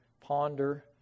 ponder